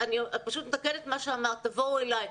שיבואו אלי.